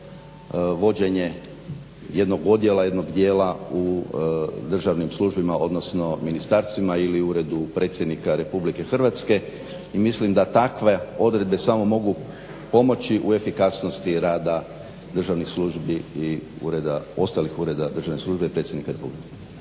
vođenje jednog odjela, jednog dijela u državnim službama, odnosno ministarstvima ili u Uredu predsjednika RH. I mislim da takve odredbe samo mogu pomoći u efikasnosti rada državnih službi i ostalih ureda državne službe i predsjednika Republike.